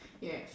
yes